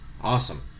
awesome